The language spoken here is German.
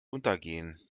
untergehen